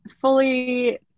fully